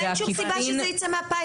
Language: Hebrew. אין שום סיבה שזה מהפיילוט,